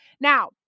Now